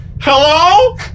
Hello